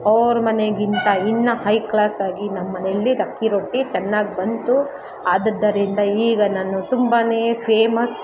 ಅವ್ರ್ ಮನೆಗಿಂತ ಇನ್ನು ಹೈ ಕ್ಲಾಸಾಗಿ ನಮ್ಮನೆಯಲ್ಲಿ ಅಕ್ಕಿ ರೊಟ್ಟಿ ಚೆನ್ನಾಗ್ ಬಂತು ಆದುದ್ದರಿಂದ ಈಗ ನಾನು ತುಂಬಾ ಫೇಮಸ್